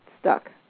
stuck